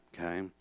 Okay